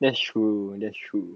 that's true that's true